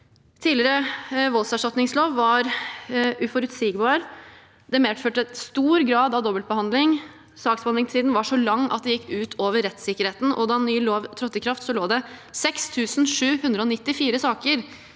Tidligere voldserstatningslov var uforutsigbar. Den medførte en stor grad av dobbeltbehandling. Saksbehandlingstiden var så lang at det gikk ut over rettssikkerheten, og da ny lov trådte i kraft, lå det 6 794 saker